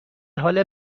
حال